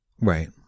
right